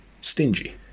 stingy